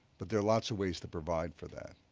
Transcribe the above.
but there are lots of ways to provide for that.